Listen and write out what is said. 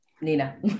Nina